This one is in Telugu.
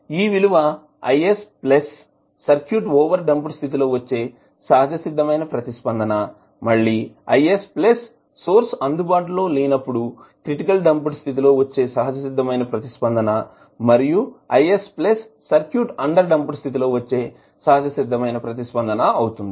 ఈ విలువ IS plus plus circuit over damped స్థితిలో లో వచ్చే సహజసిద్దమైన ప్రతిస్పందన మళ్ళి IS ప్లస్ సోర్స్ అందుబాటులో లేనప్పుడు క్రిటికల్ డాంప్డ్ స్థితిలో లో వచ్చే సహజసిద్దమైన ప్రతిస్పందన మరియు IS plus circuit under damped స్థితిలో లో వచ్చే సహజసిద్దమైన ప్రతిస్పందన అవుతుంది